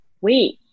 wait